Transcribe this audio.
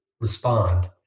respond